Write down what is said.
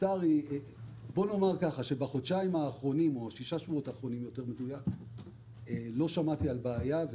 נאמר שבחודשיים או בששת השבועות האחרונים לא שמעתי על בעיה,